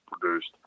produced